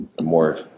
more